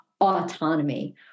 autonomy